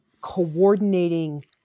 coordinating